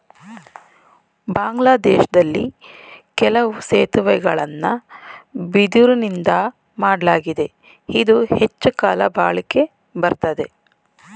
ಬಾಂಗ್ಲಾದೇಶ್ದಲ್ಲಿ ಕೆಲವು ಸೇತುವೆಗಳನ್ನ ಬಿದಿರುನಿಂದಾ ಮಾಡ್ಲಾಗಿದೆ ಇದು ಹೆಚ್ಚುಕಾಲ ಬಾಳಿಕೆ ಬರ್ತದೆ